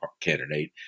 candidate